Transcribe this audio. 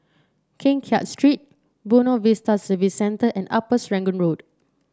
Keng Kiat Street Buona Vista Service Centre and Upper Serangoon Road